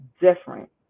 different